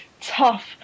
tough